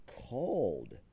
cold